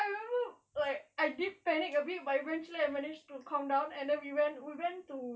I remember like I did panic a bit but eventually I managed to calm down and then we went we went to